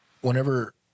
whenever